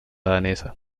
danesa